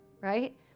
right